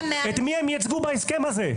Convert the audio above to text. את מי הם יצגו בהסכם הזה?